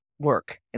work